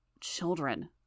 Children